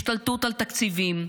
השתלטות על תקציבים.